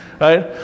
right